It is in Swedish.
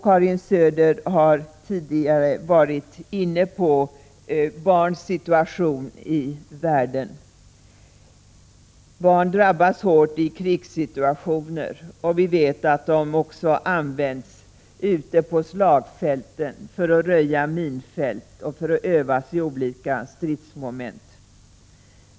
Karin Söder har tidigare varit inne på barnens situation i världen. Barn drabbas hårt i krigssituationer. Vi vet att de också används ute på slagfälten, för att röja minfält och för att övas i olika stridsmoment.